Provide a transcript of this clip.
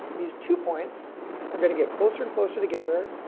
these two points are gonna get closer and closer together,